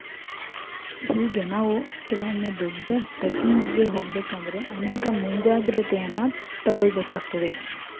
ಹೀಗೆ ನಾವು ಕೆಲವೊಮ್ಮೆ ದೊಡ್ಡ ಟ್ರೆಕಿಂಗ್ಗೆ ಹೋಗಬೇಕಾದ್ರೆ ಅನೇಕ ಮುಂಜಾಗ್ರತೆಯನ್ನು ತಗೊಳ್ಬೇಕಾಗ್ತದೆ